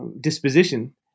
disposition